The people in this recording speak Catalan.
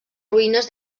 ruïnes